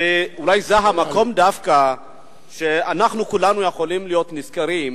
אולי זה המקום דווקא שאנחנו כולנו יכולים להיות נשכרים,